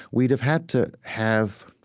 we'd have had to have